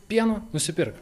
pieno nusipirk